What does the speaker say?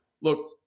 Look